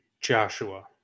Joshua